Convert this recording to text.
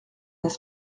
n’est